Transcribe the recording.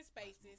spaces